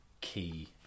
key